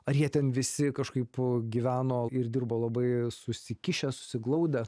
ar jie ten visi kažkaip gyveno ir dirbo labai susikišę susiglaudę